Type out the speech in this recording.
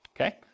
okay